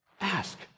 Ask